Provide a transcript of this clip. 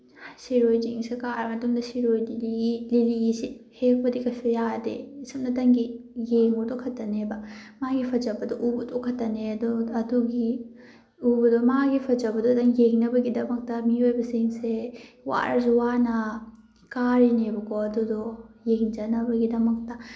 ꯁꯤꯔꯣꯏ ꯆꯤꯡ ꯑꯁꯦ ꯀꯥꯔꯕ ꯃꯇꯨꯡꯗ ꯁꯤꯔꯣꯏ ꯂꯤꯂꯤ ꯂꯤꯂꯤꯁꯤ ꯍꯦꯛꯄꯗꯤ ꯀꯩꯁꯨ ꯌꯥꯗꯦ ꯁꯨꯝꯅꯇꯪꯒꯤ ꯌꯦꯡꯕꯗꯨꯈꯛꯇꯪꯅꯦꯕ ꯃꯥꯒꯤ ꯐꯖꯕꯗꯨ ꯎꯕꯗꯨ ꯈꯛꯇꯅꯦ ꯑꯗꯨ ꯑꯗꯨꯒꯤ ꯎꯕꯗꯨ ꯃꯥꯒꯤ ꯐꯖꯕꯗꯨꯗꯪ ꯌꯦꯡꯅꯕꯒꯤꯗꯃꯛꯇ ꯃꯤꯑꯣꯏꯕꯁꯤꯡꯁꯦ ꯋꯥꯔꯁꯨ ꯋꯥꯅ ꯀꯥꯔꯤꯅꯦꯕꯀꯣ ꯑꯗꯨꯗꯣ ꯌꯦꯡꯖꯅꯕꯒꯤꯗꯃꯛꯇ